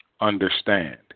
understand